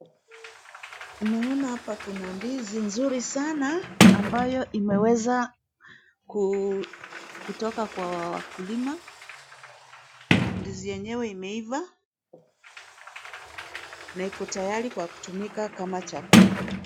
Naona hapa kuna ndizi nzuri sana, ambayo imeweza kutoka kwa wakulima. Ndizi yenyewe imeiva na iko tayari kwa kutumika kama chakula.